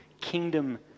kingdom